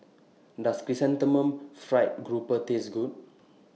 Does Chrysanthemum Fried Grouper Taste Good